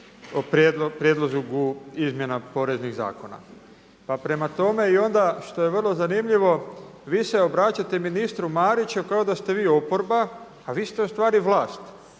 prijedlogu izmjena Poreznih zakona. Pa prema tome i onda što je vrlo zanimljivo, vi se obraćate ministru Mariću kao da ste vi oporba a vi ste ustvari vlast.